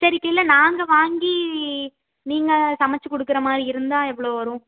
சரி இல்லை நாங்கள் வாங்கி நீங்கள் சமைச்சி கொடுக்குறமாரி இருந்தா எவ்வளோ வரும்